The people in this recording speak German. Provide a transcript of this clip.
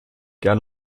gern